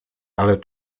ale